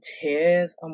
tears